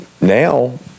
now